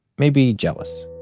maybe jealous.